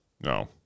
no